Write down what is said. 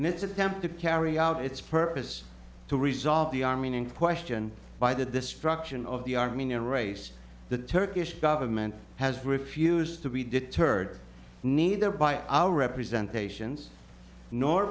and its attempt to carry out its purpose to resolve the armenian question by the destruction of the armenian race the turkish government has refused to be deterred neither by our representation nor